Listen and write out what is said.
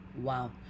Wow